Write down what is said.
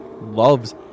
loves